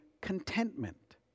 contentment